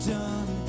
done